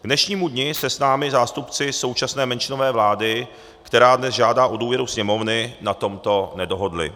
K dnešnímu dni se s námi zástupci současné menšinové vlády, která dnes žádá o důvěru Sněmovny, na tomto nedohodli.